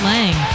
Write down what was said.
Lang